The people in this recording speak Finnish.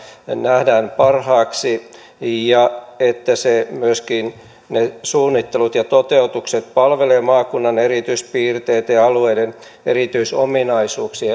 nähdään parhaaksi ja että myöskin ne suunnittelut ja toteutukset palvelevat maakunnan erityispiirteitä ja alueiden erityisominaisuuksia